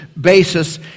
basis